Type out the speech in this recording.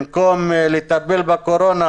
במקום לטפל בקורונה